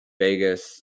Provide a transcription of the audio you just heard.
Vegas